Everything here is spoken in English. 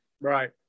right